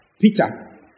Peter